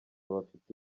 bafite